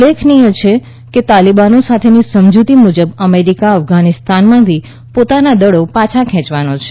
ઉલ્લેખનીય છે કે તાલીબાનો સાથેની સમજૂતી મુજબ અમેરિકા અફઘાનીસ્તાનમાંથી પોતાના દળો પાછા ખેંચવાનો છે